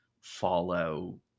follow